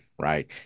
right